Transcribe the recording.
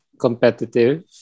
competitive